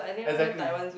exactly